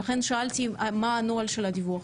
ולכן שאלתי מה הנוהל של הדיווח,